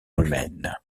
humaine